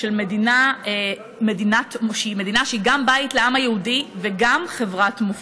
של מדינה שהיא גם בית לעם היהודי וגם חברת מופת,